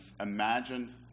imagine